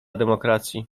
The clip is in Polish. demokracji